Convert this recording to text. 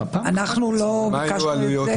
אנחנו לא ביקשנו את זה.